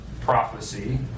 prophecy